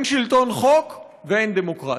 אין שלטון חוק ואין דמוקרטיה.